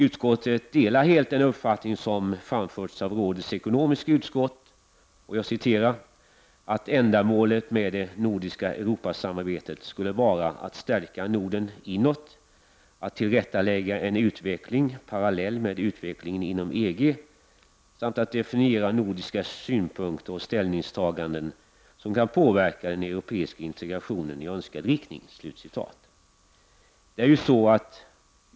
Utskottet delar helt den uppfattning som framförts av rådets ekonomiska utskott, ”att ändamålet med det nordiska Europasamarbetet skulle vara att stärka Norden inåt, att tillrättalägga en utveckling parallell med utvecklingen inom EG samt att definiera nordiska synpunkter och ställningstaganden som kan påverka den europeiska integrationen i önskad riktning”.